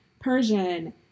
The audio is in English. Persian